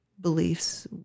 beliefs